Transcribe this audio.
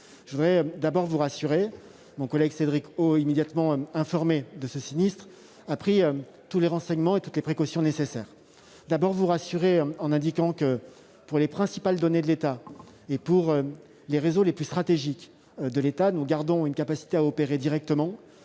tout d'abord à vous rassurer : mon collègue Cédric O, immédiatement informé de ce sinistre, a pris tous les renseignements et toutes les précautions nécessaires. Ainsi, pour les principales données de l'État et pour ses réseaux les plus stratégiques, nous gardons une capacité à opérer directement,